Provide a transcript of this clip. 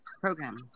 program